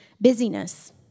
busyness